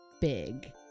big